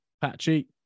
patchy